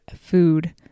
food